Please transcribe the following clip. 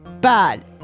Bad